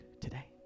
today